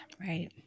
right